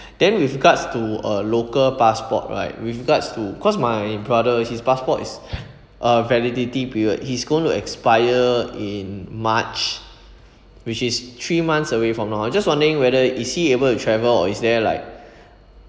then with regards to uh local passport right with regards to cause my brother his passport is uh validity period he's going to expire in march which is three months away from our I'm just wondering whether is he able to travel or is there like